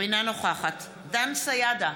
אינה נוכחת דן סידה,